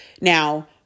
Now